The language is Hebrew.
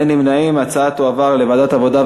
ההצעה להעביר את הנושא לוועדת העבודה,